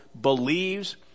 believes